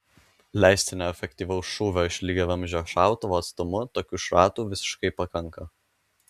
leistino efektyvaus šūvio iš lygiavamzdžio šautuvo atstumu tokių šratų visiškai pakanka